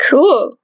Cool